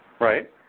Right